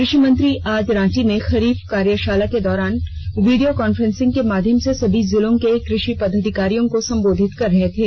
कृषि मंत्री आज रांची में खरीफ कार्यषाला के दौरान वीडियो कॉन्फ्रेसिंग के माध्यम से सभी जिलों के कृषि पदाधिकारियों को संबोधित कर रहे थे